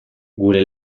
gure